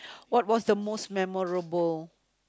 what was the most memorable